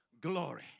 glory